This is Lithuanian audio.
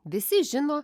visi žino